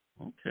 Okay